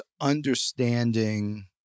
understanding